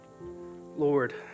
Lord